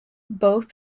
both